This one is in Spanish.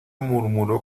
murmuró